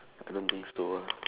I don't think so ah